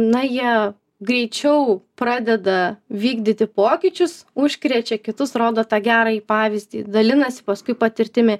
na jie greičiau pradeda vykdyti pokyčius užkrečia kitus rodo tą gerąjį pavyzdį dalinasi paskui patirtimi